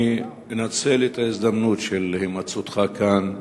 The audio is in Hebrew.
אני מנצל את ההזדמנות של הימצאותך כאן,